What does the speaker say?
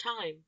time